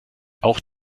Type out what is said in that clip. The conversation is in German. auch